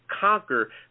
conquer